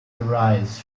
arise